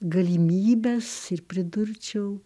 galimybes ir pridurčiau